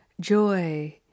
Joy